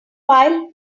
file